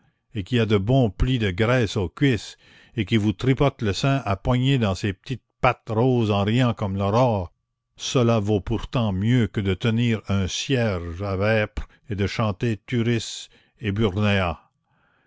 et qui a de bons plis de graisse aux cuisses et qui vous tripote le sein à poignées dans ses petites pattes roses en riant comme l'aurore cela vaut pourtant mieux que de tenir un cierge à vêpres et de chanter turris eburnea